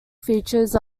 features